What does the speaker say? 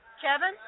Kevin